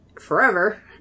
forever